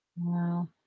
Wow